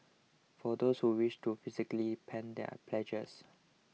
for those who wish to physically pen their pledges